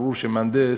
ברור שמהנדס,